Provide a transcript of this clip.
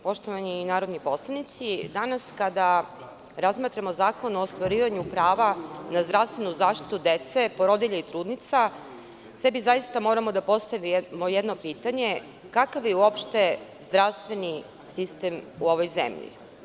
Poštovani narodni poslanici, danas kada razmatramo Zakon o ostvarivanju prava na zdravstvenu zaštitu dece, porodilja i trudnica, sebi zaista moramo da postavimo jedno pitanje, kakav je uopšte zdravstveni sistem u ovoj zemlji.